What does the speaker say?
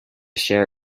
share